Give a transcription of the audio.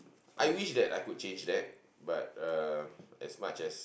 I wish that I could change that but uh as much as